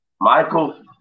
Michael